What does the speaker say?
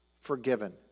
forgiven